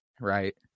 right